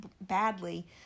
badly